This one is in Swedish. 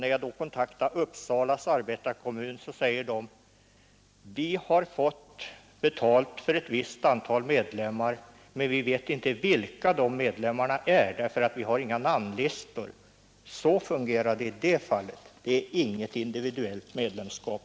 När jag kontaktade arbetarkommunen i Uppsala sade man där: Vi har fått betalt för ett visst antal medlemmar, men vi vet inte vilka de medlemmarna är; vi har inga namnlistor. Så fungerade det i det fallet. Det är alltså inte fråga om något individuellt medlemskap.